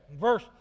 Verse